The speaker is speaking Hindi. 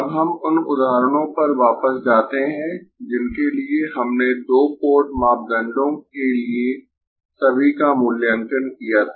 अब हम उन उदाहरणों पर वापस जाते है जिनके लिए हमने दो पोर्ट मापदंडों के लिए सभी का मूल्यांकन किया था